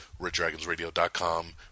reddragonsradio.com